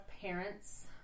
parents